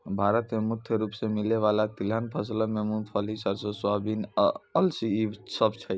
भारत मे मुख्य रूपो से मिलै बाला तिलहन फसलो मे मूंगफली, सरसो, सोयाबीन, अलसी इ सभ छै